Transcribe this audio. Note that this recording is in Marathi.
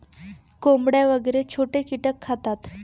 कोंबड्या वगैरे छोटे कीटक खातात